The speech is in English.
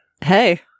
Hey